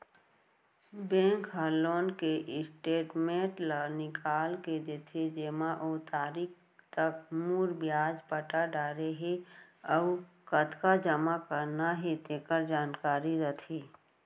bank ह loan के statement ल निकाल के देथे जेमा ओ तारीख तक मूर, बियाज पटा डारे हे अउ कतका जमा करना हे तेकर जानकारी रथे